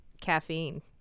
Caffeine